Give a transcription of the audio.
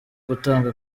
gutanga